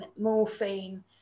morphine